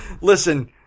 listen